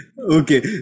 Okay